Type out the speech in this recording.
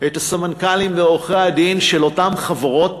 את הסמנכ"לים ועורכי-הדין של אותן חברות,